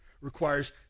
requires